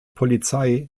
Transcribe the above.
polizei